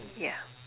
ya